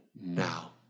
now